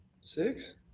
Six